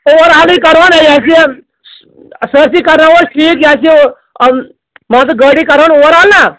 over ہالٕے کَڑہون یہِ ہَسا یہِ سٲرۍسی کرناوَو أسۍ ٹھیٖک یہِ ہَسا یہِ مان ژٕ گٲڑی کَڑہون اوٚوَر ہال نہ